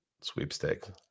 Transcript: Sweepstakes